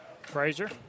Frazier